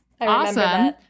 awesome